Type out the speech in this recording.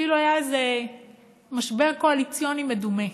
אפילו היה איזה משבר קואליציוני מדומה.